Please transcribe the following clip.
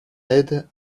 aide